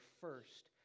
first